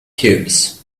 cubes